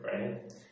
right